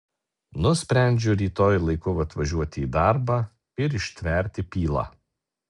nusprendžiu rytoj laiku atvažiuoti į darbą ir ištverti pylą